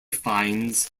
finds